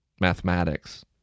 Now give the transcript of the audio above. mathematics